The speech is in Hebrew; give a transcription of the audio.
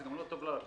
אלא גם לא טוב ללקוח,